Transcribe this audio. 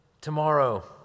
tomorrow